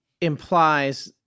implies